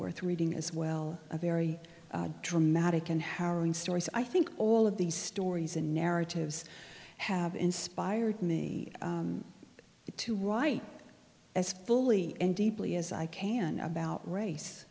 worth reading as well a very dramatic and howling stories i think all of these stories and narratives have inspired me to write as fully and deeply as i can about race